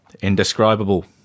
indescribable